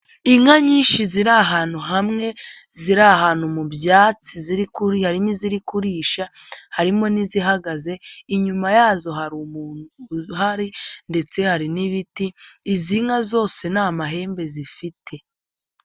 Inka nyinshi ziri ahantu hamwe ziri ahantu mu byatsi hari n'iziri kurisha harimo n'izihagaze inyuma yazo hari umuntu uhari ndetse hari n'ibiti izi nka zose nta mahembe zifite.